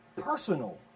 personal